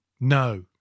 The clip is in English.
no